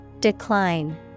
Decline